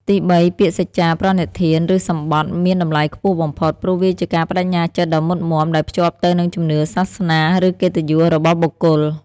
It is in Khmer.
ទីបី ពាក្យសច្ចាប្រណិធាន ឬសម្បថ មានតម្លៃខ្ពស់បំផុត ព្រោះវាជាការប្ដេជ្ញាចិត្តដ៏មុតមាំដែលភ្ជាប់ទៅនឹងជំនឿសាសនា ឬកិត្តិយសរបស់បុគ្គល។